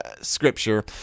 scripture